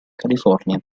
california